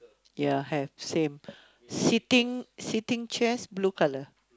ya have same sitting sitting chairs blue colour